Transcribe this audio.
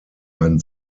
ein